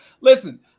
listen